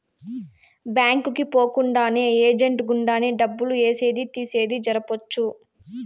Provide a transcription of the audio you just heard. bank కి పోకుండానే agent గుండానే డబ్బులు ఏసేది తీసేది జరపొచ్చు